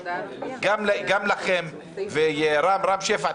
גם לכם רם שפע,